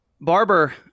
Barber